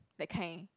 that kind